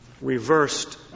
reversed